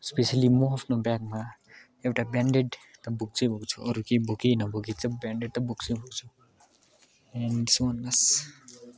especially म आफ्नो ब्यागमा एउटा ब्यान्डेड त बोक्छै बोक्छु अरू केही बोके नबोके पनि ब्यान्डेड त बोक्छुै बोक्छु एन